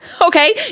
Okay